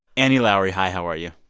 annie lowrey, hi. how are you?